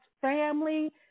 family